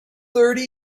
thirty